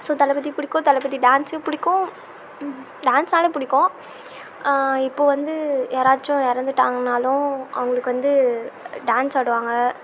so Thalapathy பிடிக்கும் தளபதி டான்ஸையும் பிடிக்கும் டான்ஸ்னாலே பிடிக்கும் இப்போ வந்து யாராச்சும் இறந்துட்டாங்கனாலும் அவங்களுக்கு வந்து டான்ஸ் ஆடுவாங்க